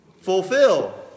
fulfill